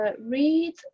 read